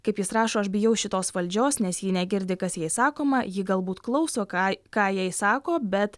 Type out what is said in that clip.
kaip jis rašo aš bijau šitos valdžios nes ji negirdi kas jai sakoma ji galbūt klauso ką ką jai sako bet